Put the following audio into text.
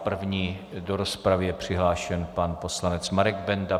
První do rozpravy je přihlášen pan poslanec Marek Benda.